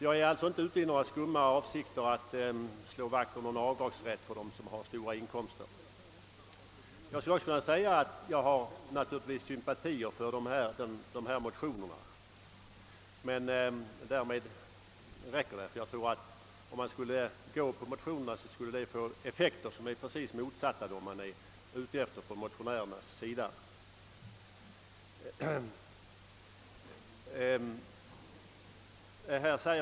Jag är alltså inte nu ute i några skumma avsikter att slå vakt om avdragsrätt för människor med höga inkomster. Jag kan också säga att jag sympatiserar med syftet i de båda motionerna, men därmed räcker det. Om riksdagen biträdde motionsyrkandena tror jag detta skulle få direkt motsatta effekter mot vad motionärerna vill åstadkomma.